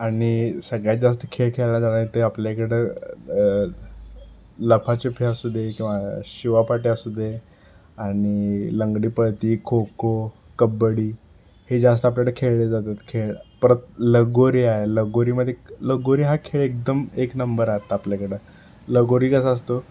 आणि सगळ्यात जास्त खेळ खेळले जाणारे ते आपल्याकडं लपाछपी असू दे किंवा शिवापाट्या असू दे आणि लंगडीपळती खो खो कबड्डी हे जास्त आपल्याकडे खेळले जातात खेळ परत लगोरी आहे लगोरीमध्ये लगोरी हा खेळ एकदम एक नंबर आहे आता आपल्याकडं लगोरी कसा असतो